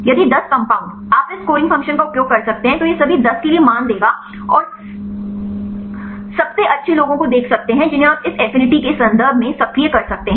यदि 10 कंपाउंड आप इस स्कोरिंग फ़ंक्शन का उपयोग कर सकते हैं तो यह सभी 10 के लिए मान देगा और सबसे अच्छे लोगों को देख सकते हैं जिन्हें आप इस एफिनिटी के संदर्भ में सक्रिय कर सकते हैं